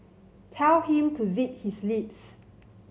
tell him to zip his lips